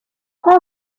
france